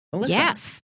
Yes